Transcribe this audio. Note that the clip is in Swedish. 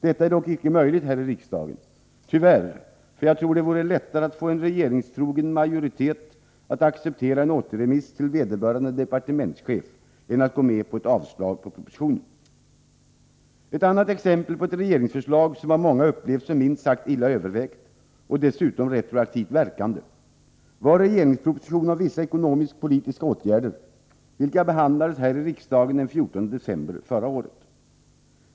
Detta är dock icke möjligt här i riksdagen - tyvärr. Jag tror att det vore lättare att få en regeringstrogen majoritet att acceptera en återremiss till vederbörande departementschef än att gå med på ett avslag av propositionen. Ett annat exempel på ett regeringsförslag som av många upplevts som minst sagt illa övervägt och som dessutom är retroaktivt verkande är regeringspropositionen om vissa ekonomisk-politiska åtgärder, vilken behandlades här i riksdagen den 14 december förra året.